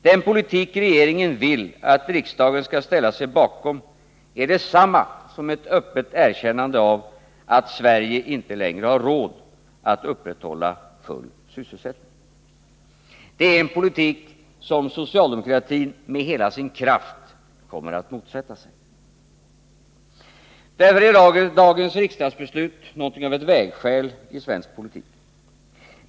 Den politik som regeringen vill att riksdagen skall ställa sig bakom är detsamma som ett öppet erkännande av att Sverige inte längre har råd att upprätthålla full sysselsättning. Det är en politik som socialdemokratin med hela sin kraft kommer att motsätta sig. Därför är dagens riksdagsbeslut något av ett vägskäl i svensk politik.